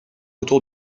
autour